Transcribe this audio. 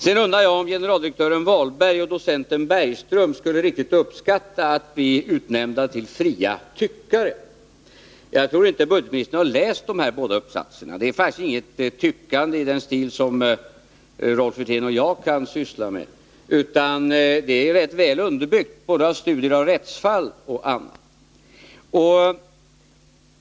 Sedan undrar jag om generaldirektören Walberg och docenten Bergström skulle uppskatta att bli utnämnda till ”fria tyckare”. Jag tror inte att budgetministern har läst de båda uppsatserna. Det är faktiskt inte fråga om något tyckande i den stil som Rolf Wirtén och jag kan syssla med, utan vad de fört fram är rätt väl underbyggt genom studier av både rättsfall och annat.